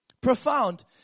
Profound